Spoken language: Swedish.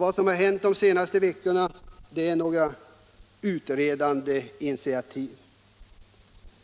Vad som har hänt de senaste veckorna är några utredande initiativ.